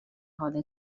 حال